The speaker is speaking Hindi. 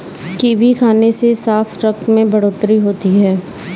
कीवी खाने से साफ रक्त में बढ़ोतरी होती है